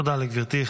תודה לגברתי.